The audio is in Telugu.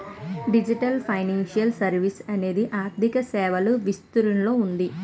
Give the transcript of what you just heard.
డిజిటల్ ఫైనాన్షియల్ సర్వీసెస్ అనేది ఆర్థిక సేవల విస్తృతిలో ఉంది